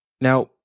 Now